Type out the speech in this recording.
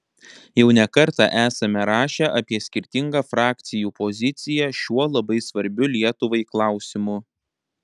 jau ne kartą esame rašę apie skirtingą frakcijų poziciją šiuo labai svarbiu lietuvai klausimu